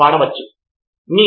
professor ఖచ్చితంగా అవును